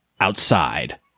outside